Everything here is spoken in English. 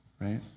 right